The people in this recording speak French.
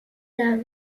dames